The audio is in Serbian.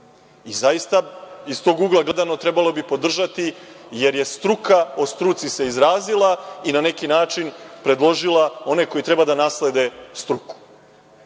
zaista iz tog ugla gledano trebalo bi podržati, jer je struka o struci se izrazila i na neki način predložila one koji trebaju da naslede struku.